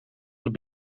het